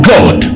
God